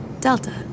Delta